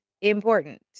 important